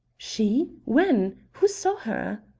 she? when? who saw her?